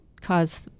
cause